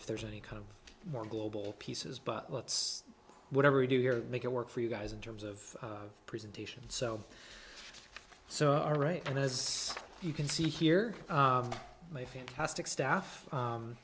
if there's any kind of more global pieces but let's whatever we do here make it work for you guys in terms of presentation so so are right and as you can see here my fantastic staff